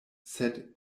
sed